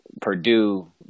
Purdue